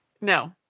No